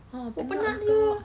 ha penat lah tu